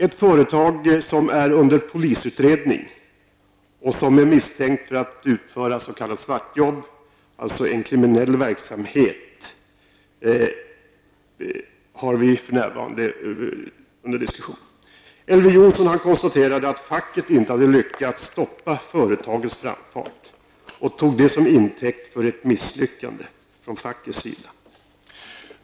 Ett företag som är under polisutredning och som är misstänkt för att utföra s.k. svartjobb, alltså en kriminell verksamhet, har vi för närvarande under diskussion. Elver Jonsson konstaterade att facket inte hade lyckats stoppa företagets framfart och tog det till intäkt för att det förekommit ett misslyckande från fackets sida.